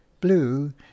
blue